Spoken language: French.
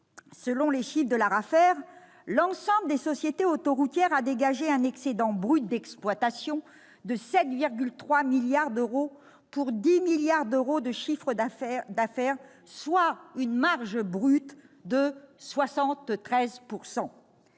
selon les chiffres de l'Arafer, l'ensemble des sociétés autoroutières a dégagé un excédent brut d'exploitation de 7,3 milliards d'euros pour 10 milliards d'euros de chiffre d'affaires, soit une marge brute de 73 %.